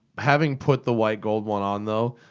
having put the white gold one on, though.